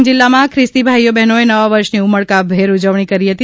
ડાંગ જિલ્લામાં ખ્રિસ્તી ભાઈ બહેનોએ નવા વર્ષની ઉમળકાં ભેર ઉજવણી કરી હતી